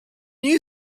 you